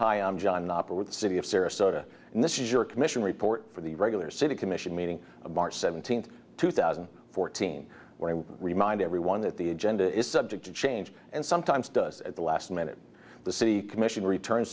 hi i'm john knopper with the city of sarasota and this is your commission report for the regular city commission meeting of march seventeenth two thousand and fourteen where i remind everyone that the agenda is subject to change and sometimes does at the last minute the city commission returns